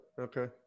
Okay